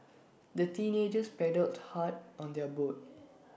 the teenagers paddled hard on their boat